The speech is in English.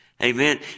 Amen